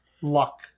luck